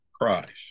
Christ